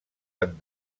han